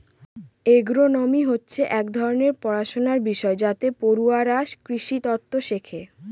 agronomy হচ্ছে এক ধরনের পড়াশনার বিষয় যাতে পড়ুয়ারা কৃষিতত্ত্ব শেখে